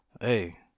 Hey